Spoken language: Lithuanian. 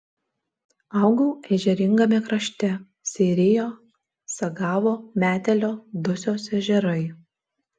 augau ežeringame krašte seirijo sagavo metelio dusios ežerai